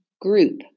group